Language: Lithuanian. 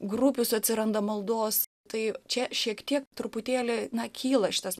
grupių atsiranda maldos tai čia šiek tiek truputėlį na kyla šitas